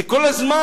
זה כל הזמן,